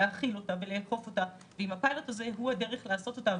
להחיל אותה ולאכוף אותה ואם הפיילוט הזה הוא הדרך לעשות אותה,